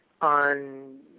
on